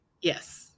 Yes